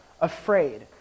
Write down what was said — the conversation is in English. afraid